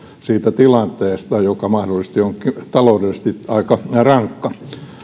siitä tilanteesta joka mahdollisesti onkin taloudellisesti aika rankka